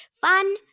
Fun